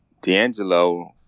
D'Angelo